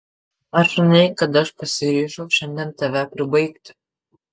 ar žinai kad aš pasiryžau šiandien tave pribaigti